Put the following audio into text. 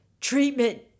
treatment